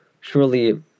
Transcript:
Surely